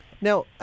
Now